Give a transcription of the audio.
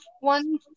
one